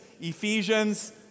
Ephesians